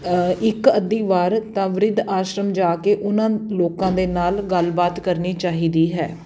ਇੱਕ ਅੱਧੀ ਵਾਰ ਤਾਂ ਬਿਰਧ ਆਸ਼ਰਮ ਜਾ ਕੇ ਉਹਨਾਂ ਲੋਕਾਂ ਦੇ ਨਾਲ ਗੱਲਬਾਤ ਕਰਨੀ ਚਾਹੀਦੀ ਹੈ